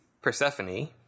persephone